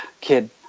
kid